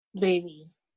babies